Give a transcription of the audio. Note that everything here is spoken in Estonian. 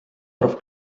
arv